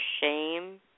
shame